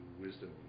wisdom